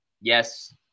yes